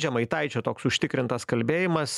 žemaitaičio toks užtikrintas kalbėjimas